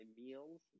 meals